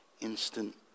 instant